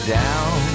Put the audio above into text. down